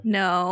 no